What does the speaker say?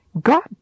God